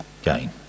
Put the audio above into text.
gain